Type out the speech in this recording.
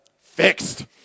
Fixed